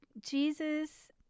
Jesus